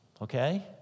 Okay